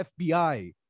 FBI